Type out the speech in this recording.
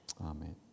Amen